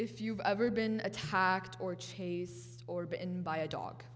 if you've ever been attacked or chase or been by a dog